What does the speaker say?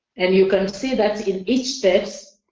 and you can see that in each space,